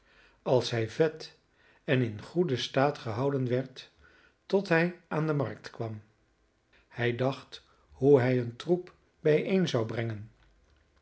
als hij vet en in goeden staat gehouden werd tot hij aan de markt kwam hij dacht hoe hij een troep bijeen zou brengen